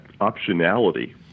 optionality